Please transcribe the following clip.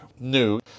new